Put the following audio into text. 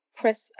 press